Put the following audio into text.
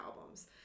albums